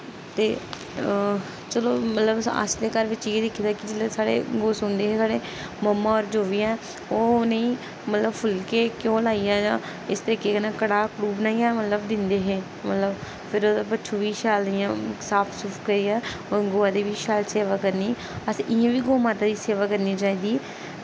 ते चलो मतलब अस ते घर बिच्च इ'यै दिक्खे दा कि जेल्लै साढ़े गौ सूंदी ही साढ़े मम्मा होर जो बी ऐ ओह् उ'नेंगी मतलब फुल्के घ्यो लाइयै जां इस तरीके कन्नै कड़ाह् कड़ुह् बनाइयै मतलब दिंदे हे मतलब फिर बच्छु बी शैल इ'यां साफ सूफ करियै ओह् गवा दी बी शैल सेवा करनी असें इ'यां बी गौ माता दी सेवा करनी चाहिदी